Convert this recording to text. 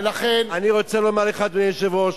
אני רוצה לומר לך, אדוני היושב-ראש,